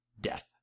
Death